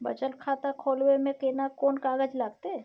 बचत खाता खोलबै में केना कोन कागज लागतै?